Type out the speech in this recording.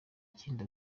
kindi